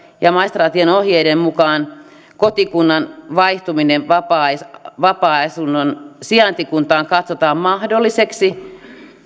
ja maistraattien ohjeiden mukaan kotikunnan vaihtuminen vapaa ajanasunnon sijaintikuntaan katsotaan mahdolliseksi